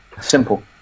simple